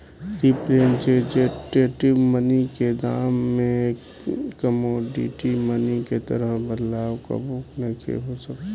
representative money के दाम में कमोडिटी मनी के तरह बदलाव कबो नइखे हो सकत